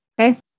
okay